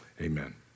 amen